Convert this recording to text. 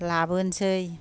लाबोनसै